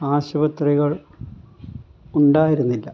ആശുപത്രികൾ ഉണ്ടായിരുന്നില്ല